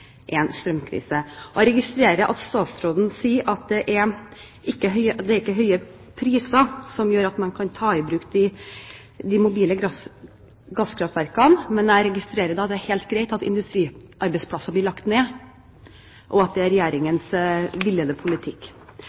Jeg registrerer at statsråden sier at det ikke er høye priser som gjør at man kan ta i bruk de mobile gasskraftverkene, men da registrerer jeg også at det er helt greit at industriarbeidsplasser blir lagt ned, og at det er Regjeringens villede politikk.